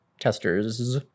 testers